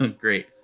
Great